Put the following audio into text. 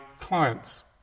clients